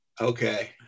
okay